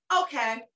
Okay